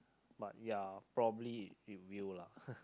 but ya probably in view lah